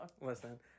listen